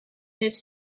his